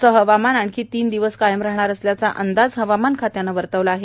असे हवामान आणखी तीन दिवस कायम राहणार असल्याचा अंदाज हवामान खात्याने वर्तविला आहे